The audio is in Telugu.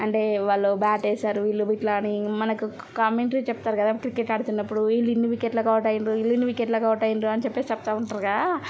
అంటే వాళ్ళు బ్యాట్ వేశారు వీళ్ళు ఇట్లా అని మనకి కామెంట్రీ చెప్తారు కదా క్రికెట్ ఆడుతున్నప్పుడు వీళ్ళు ఇన్ని వికెట్లకి అవుట్ అయ్యారు వీళ్ళు ఇన్ని వికెట్లకి అవుట్ అయ్యారు అని చెప్పేసి చెప్తూ ఉంటారుగా